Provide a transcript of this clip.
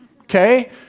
Okay